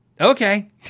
Okay